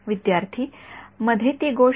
विद्यार्थीः मध्ये ती गोष्ट